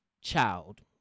child